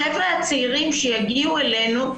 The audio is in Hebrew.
החבר'ה הצעירים שיגיעו אלינו,